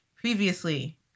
Previously